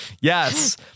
Yes